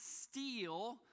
steal